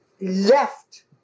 left